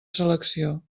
selecció